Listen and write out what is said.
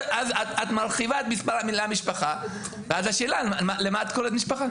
אז את מרחיבה את המילה משפחה ואז השאלה למה את קוראת משפחה?